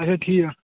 اَچھا ٹھیٖک